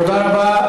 תודה רבה.